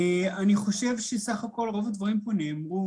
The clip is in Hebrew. אני חושב שבסך הכל רוב הדברים פה נאמרו,